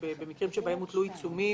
במקרים שבהם הוטלו עיצומים?